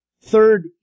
Third